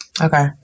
Okay